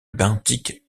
benthique